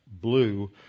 blue